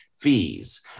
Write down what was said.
fees